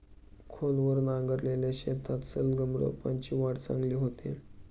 खोलवर नांगरलेल्या शेतात सलगम रोपांची वाढ चांगली होते